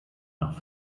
nach